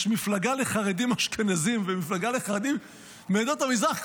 יש מפלגה לחרדים אשכנזים ומפלגה לחרדים מעדות המזרח,